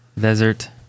Desert